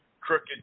crooked